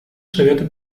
совета